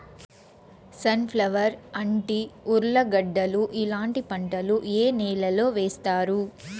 Sun flower, అంటి, ఉర్లగడ్డలు ఇలాంటి పంటలు ఏ నెలలో వేస్తారు?